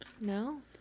No